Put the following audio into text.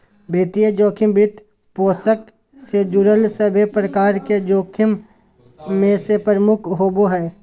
वित्तीय जोखिम, वित्तपोषण से जुड़ल सभे प्रकार के जोखिम मे से प्रमुख होवो हय